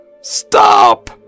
Stop